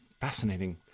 fascinating